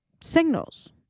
signals